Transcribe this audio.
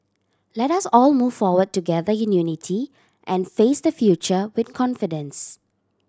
let us all move forward together in unity and face the future with confidence